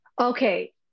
Okay